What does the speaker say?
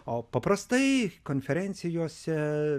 o paprastai konferencijose